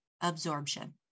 absorption